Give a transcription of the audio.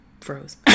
froze